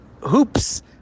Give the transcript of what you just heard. hoops